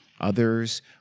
Others